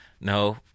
no